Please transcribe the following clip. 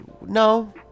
No